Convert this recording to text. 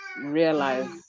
realize